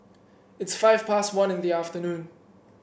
its five past one in the afternoon